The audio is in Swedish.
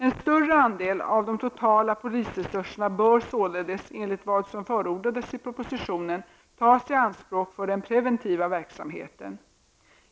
En större andel av de totala polisresurserna bör således, enligt vad som förordades i propositionen, tas i anspråk för den preventiva verksamheten.